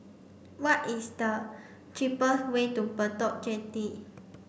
what is the cheapest way to Bedok Jetty